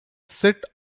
sit